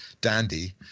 dandy